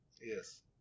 Yes